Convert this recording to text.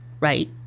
Right